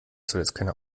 soll